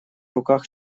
руках